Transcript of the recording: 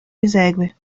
esegue